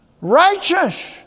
Righteous